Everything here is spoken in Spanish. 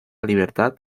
libertad